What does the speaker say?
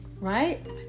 right